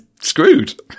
screwed